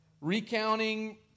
recounting